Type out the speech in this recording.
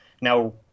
Now